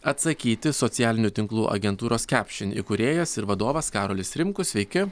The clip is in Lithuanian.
atsakyti socialinių tinklų agentūros caption įkūrėjas ir vadovas karolis rimkus sveiki